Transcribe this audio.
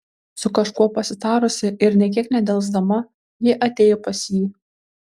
su kažkuo pasitarusi ir nė kiek nedelsdama ji atėjo pas jį